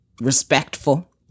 respectful